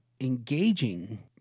engaging